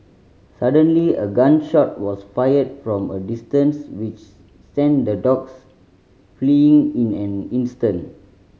suddenly a gun shot was fired from a distance which sent the dogs fleeing in an instant